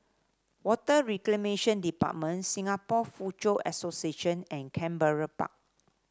Water Reclamation Department Singapore Foochow Association and Canberra Park